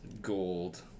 gold